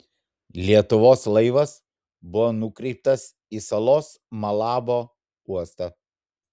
lietuvos laivas buvo nukreiptas į salos malabo uostą